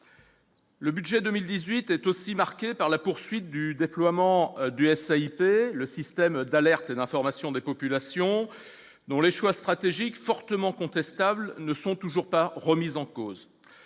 Le budget 2018 est aussi marquée par la poursuite du déploiement du essayent P, le système d'alerte et d'information des populations dont les choix stratégiques fortement contestable ne sont toujours pas remis en cause,